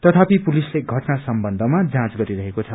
तथापि पुलिसले घटना सम्बन्धमा जाँच गरिरहेको छ